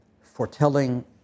foretelling